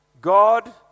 God